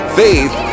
faith